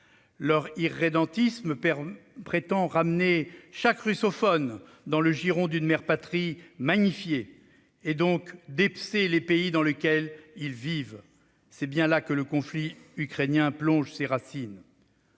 Leur irrédentisme prétend ramener chaque russophone dans le giron d'une mère patrie magnifiée et donc dépecer les pays dans lesquels ils vivent. C'est bien là que le conflit ukrainien plonge ses racines.